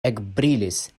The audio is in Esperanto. ekbrilis